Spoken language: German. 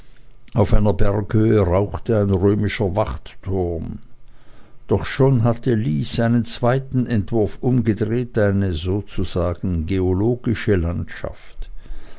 auf einer berghöhe rauchte ein römischer wachtturm doch schon hatte lys einen zweiten entwurf umgedreht eine sozusagen geologische landschaft